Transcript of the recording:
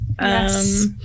Yes